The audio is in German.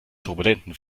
turbulenten